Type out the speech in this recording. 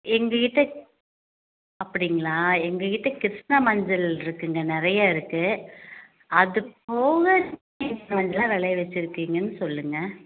எங்கள் கிட்டே அப்படிங்களா எங்கள் கிட்டே கிருஷ்ணா மஞ்சளிருக்குங்க நிறையா இருக்குது அதுபோக நீங்கள் மஞ்சளெலாம் விளைய வெச்சுருக்கீங்கன்னு சொல்லுங்க